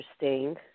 interesting